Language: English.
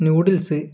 noodles